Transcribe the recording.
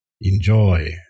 Enjoy